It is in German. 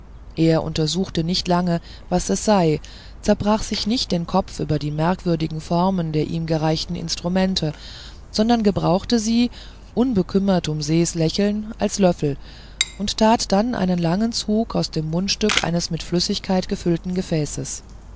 er untersuchte nicht lange was es sei zerbrach sich nicht den kopf über die merkwürdigen formen der ihm gereichten instrumente sondern gebrauchte sie unbekümmert um ses lächeln als löffel und tat dann einen langen zug aus dem mundstück eines mit flüssigkeit gefällten gefäßes